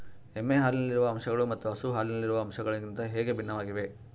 ಎಮ್ಮೆ ಹಾಲಿನಲ್ಲಿರುವ ಅಂಶಗಳು ಮತ್ತು ಹಸು ಹಾಲಿನಲ್ಲಿರುವ ಅಂಶಗಳಿಗಿಂತ ಹೇಗೆ ಭಿನ್ನವಾಗಿವೆ?